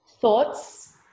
Thoughts